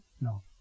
No